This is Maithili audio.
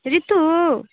ऋतु